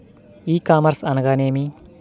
ఈ కామర్స్ అనగా నేమి?